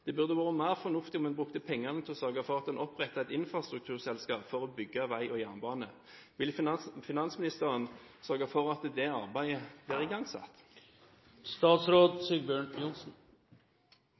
fornuftig om man brukte pengene til å sørge for at man opprettet et infrastrukturselskap for å bygge vei og jernbane. Vil finansministeren sørge for at det arbeidet blir